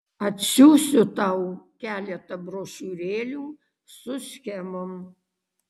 atsiųsiu tau keletą brošiūrėlių su schemom